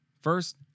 First